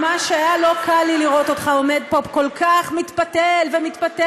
ממש היה לי לא קל לראות אותך עומד פה כל כך מתפתל ומתפתל,